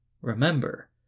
Remember